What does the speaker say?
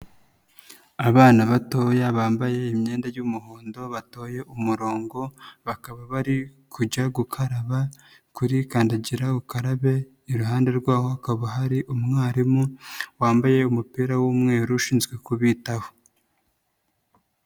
Abana batoya bambaye imyenda y'umuhondo, batoye umurongo, bakaba bari kujya gukaraba, kuri kandagira ukarabe, iruhande rwaho hakaba hari umwarimu, wambaye umupira w'umweru, ushinzwe kubitaho.